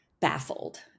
baffled